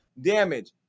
Damage